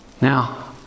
Now